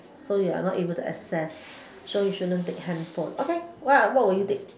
so you're not able to access so you shouldn't take handphone okay what what will you take